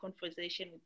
conversation